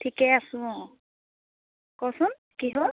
ঠিকে আছোঁ অঁ কচোন কি হ'ল